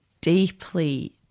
deeply